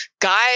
guys